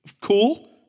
cool